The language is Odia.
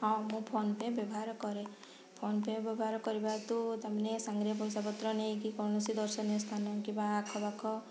ହଁ ମୁଁ ଫୋନ୍ପେ ବ୍ୟବହାର କରେ ଫୋନ୍ପେ ବ୍ୟବହାର କରିବା ତୁ ତାମାନେ ସାଙ୍ଗରେ ପଇସାପତ୍ର ନେଇକି କୌଣସି ଦର୍ଶନୀୟ ସ୍ଥାନ କିମ୍ବା ଆଖପାଖ